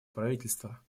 правительства